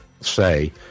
say